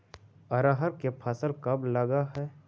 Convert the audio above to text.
अरहर के फसल कब लग है?